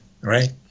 right